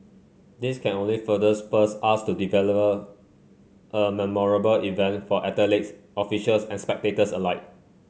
this can only further spurs us to a memorable event for athletes officials and spectators alike